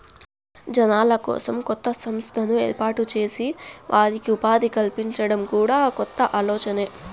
జనాల కోసం కొత్త సంస్థను ఏర్పాటు చేసి వారికి ఉపాధి కల్పించడం కూడా కొత్త ఆలోచనే